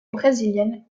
brésilienne